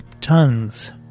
tons